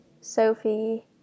Sophie